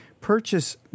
purchase